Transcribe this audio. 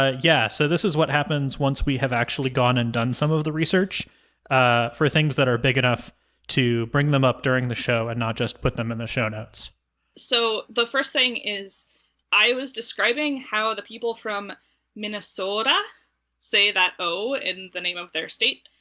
ah yeah, so this is what happens once we have actually gone and done some of the research for things that are big enough to bring them up during the show and not just put them in the show notes. sarah so, the first thing is i was describing how the people from minnesota say that oh in the name of their state,